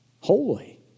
Holy